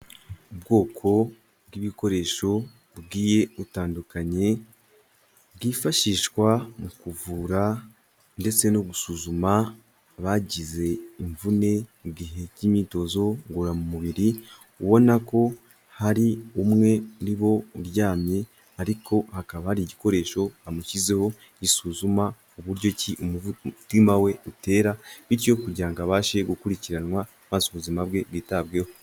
Ubwoko bw'ibikoresho bigiye bitandukanye bwifashishwa mu kuvura ndetse no gusuzuma abagize imvune mu gihe cy'imyitozo ngororamubiri, ubona ko hari umwe muri bo uryamye ariko akaba hari igikoresho bamushyizeho gisuzuma uburyo ki umutima we utera bityo kugira ngo abashe gukurikiranwa maze ubuzima bwe bwitabweho.